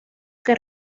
que